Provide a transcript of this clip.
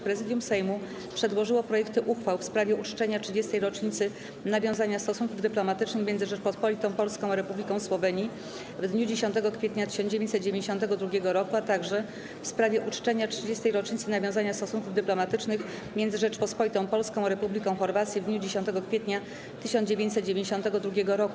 Prezydium Sejmu przedłożyło projekty uchwał: - w sprawie uczczenia 30. rocznicy nawiązania stosunków dyplomatycznych między Rzecząpospolitą Polską a Republiką Słowenii w dniu 10 kwietnia 1992 r. - w sprawie uczczenia 30. rocznicy nawiązania stosunków dyplomatycznych między Rzecząpospolitą Polską a Republiką Chorwacji w dniu 10 kwietnia 1992 r.